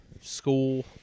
school